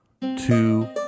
Two